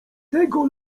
tego